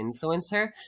influencer